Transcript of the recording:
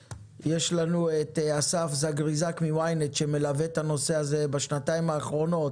פה את אסף זגריזק מ-ynet שמלווה את הנושא הזה בשנתיים האחרונות.